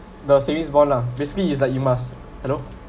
the savings bond lah basically is like you must you know